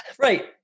Right